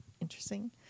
interesting